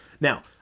Now